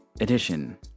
edition